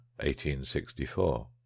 1864